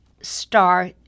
star